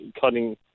cutting